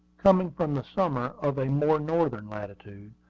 coming from the summer of a more northern latitude.